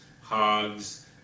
hogs